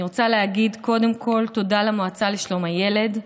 אני רוצה להגיד קודם כול תודה למועצה לשלום הילד,